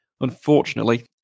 unfortunately